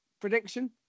Prediction